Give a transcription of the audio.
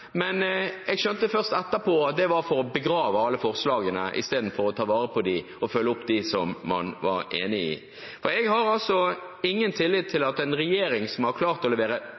men jeg skjønte først etterpå at det var for å begrave alle forslagene istedenfor å ta vare på dem og følge opp dem som man var enig i. Jeg har ingen tillit til at en regjering som har klart å levere